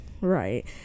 right